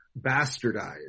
bastardized